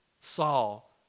Saul